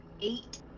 Eight